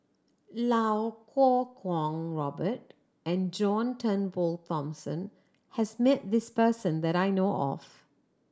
Iau Kuo Kwong Robert and John Turnbull Thomson has met this person that I know of